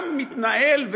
העולם מתנהל,